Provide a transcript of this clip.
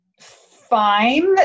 fine